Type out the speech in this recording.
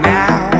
now